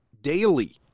Daily